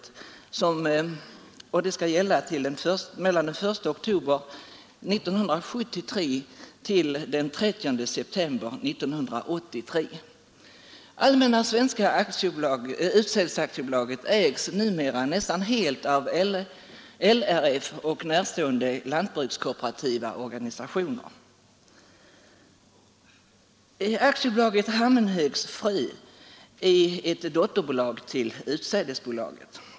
Allmänna svenska utsädesaktiebolaget ägs numera nästan helt av LRF och närstående lantbrukskooperativa organisationer. AB Hammenhögs frö är ett dotterbolag till utsädesbolaget.